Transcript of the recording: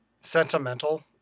sentimental